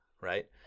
right